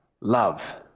love